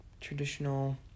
traditional